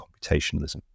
computationalism